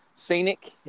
Scenic